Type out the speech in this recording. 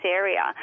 area